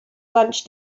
lunch